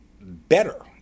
better